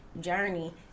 journey